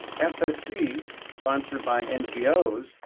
fsc, sponsored by ngos,